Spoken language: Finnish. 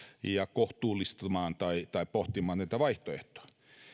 ja kohtuullistamaan tai tai pohtimaan näitä vaihtoehtoja